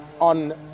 on